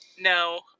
No